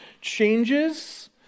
changes